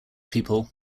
people